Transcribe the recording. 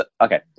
okay